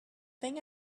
thing